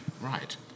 Right